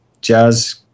jazz